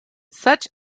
such